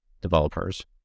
developers